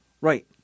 right